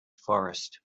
forest